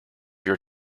your